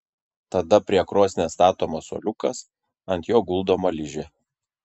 tada prie krosnies statomas suoliukas ant jo guldoma ližė